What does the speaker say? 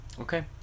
Okay